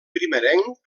primerenc